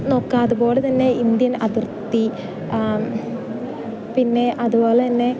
നോക്കുക അതുപോലെ തന്നെ ഇന്ത്യൻ അതിർത്തി പിന്നെ അതുപോലെ തന്നെ